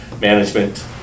management